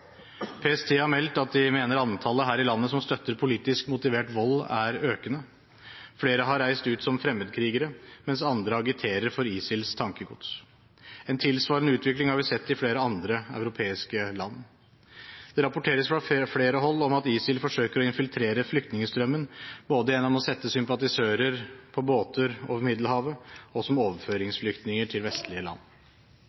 PST har meldt at de mener at antallet her i landet som støtter politisk motivert vold, er økende. Flere har reist ut som fremmedkrigere, mens andre agiterer for ISILs tankegods. En tilsvarende utvikling har vi sett i flere andre europeiske land. Det rapporteres fra flere hold om at ISIL forsøker å infiltrere flyktningstrømmen, både gjennom å sette sympatisører på båter over Middelhavet og som overføringsflyktninger til vestlige land.